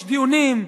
יש דיונים,